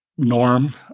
norm